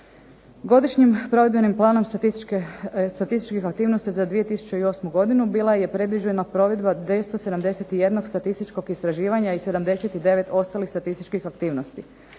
Godišnjim provedbenim planom statističkih aktivnosti za 2008. godinu bila je predviđena provedba 271 statističkog istraživanja, i 79 ostalih statističkih aktivnosti.